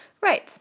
Right